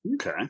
Okay